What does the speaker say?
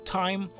time